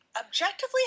objectively